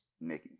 Nikki